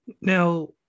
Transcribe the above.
Now